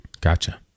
Gotcha